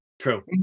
true